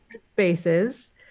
spaces